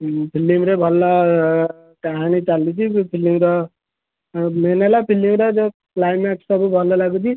ଫିଲ୍ମରେ ଭଲ କାହାଣୀ ଚାଲିଛି ଫିଲ୍ମର ଆଉ ମେନ୍ ହେଲା ଫିଲ୍ମର ଯୋଉ କ୍ଲାଇମେଟ୍ ସବୁ ଭଲ ଲାଗୁଛି